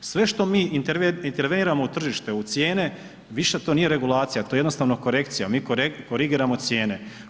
Sve što mi interveniramo u tržište, u cijene, više to nije regulacija, to je jednostavno korekcija, mi korigiramo cijene.